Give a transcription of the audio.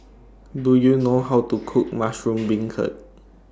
Do YOU know How to Cook Mushroom Beancurd